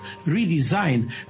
redesign